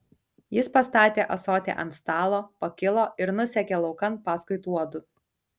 jis pastatė ąsotį ant stalo pakilo ir nusekė laukan paskui tuodu